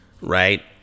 Right